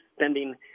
spending